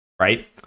right